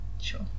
sure